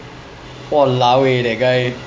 !walao! eh that guy